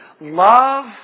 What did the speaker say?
love